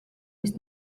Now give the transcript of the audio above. ist